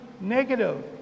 negative